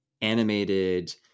animated